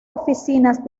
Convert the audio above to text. oficinas